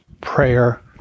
prayer